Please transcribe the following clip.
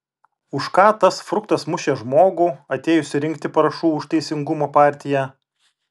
už ką tas fruktas mušė žmogų atėjusį rinkti parašų už teisingumo partiją